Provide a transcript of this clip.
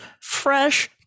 fresh